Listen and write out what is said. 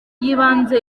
y’ibanze